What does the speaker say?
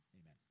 Amen